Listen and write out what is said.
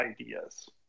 ideas